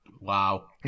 Wow